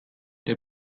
der